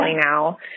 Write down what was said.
now